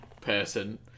person